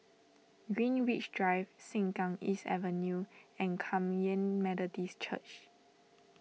Greenwich Drive Sengkang East Avenue and Kum Yan Methodist Church